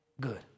good